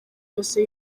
yose